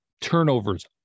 turnovers